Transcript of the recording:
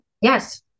Yes